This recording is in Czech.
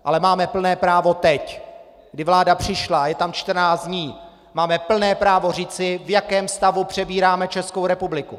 Ale máme plné právo teď, kdy vláda přišla, a je tam čtrnáct dní, máme plné právo říci, v jakém stavu přebíráme Českou republiku.